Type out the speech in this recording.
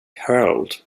herald